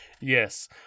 Yes